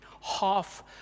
Half